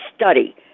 study